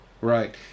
Right